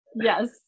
Yes